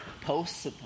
posts